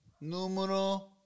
Numero